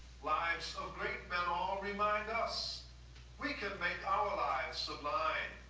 lives of great men all remind us we can make our lives sublime.